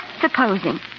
supposing